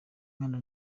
mwana